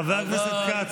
אבל, אבל, חבר הכנסת כץ,